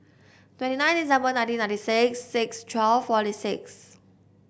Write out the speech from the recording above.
twenty nine December nineteen ninety six six twelve forty six